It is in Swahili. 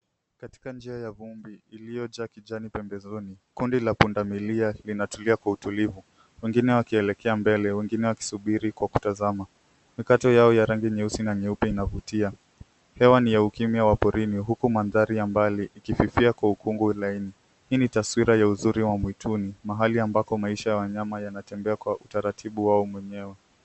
Katika njia ya vumbi iliyojaa kijani, konde la pundamilia linatulia kwa utulivu wengine wakelekea mbele wengine wakisubiri kwa kutazama. Mikato Yao ya rangi na nyeusi na nyeupe inavutia. Hewa ni ya umeni wa porini huku mandari ikififia kwa ukwungwu wa ulaini. Hii ni taswira ya uzuri wa mwituni, mahali ambako maisha ya wanyama yanatembea kwa utaratibu wao mwenyewe.